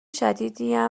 شدیدیم